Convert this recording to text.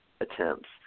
attempts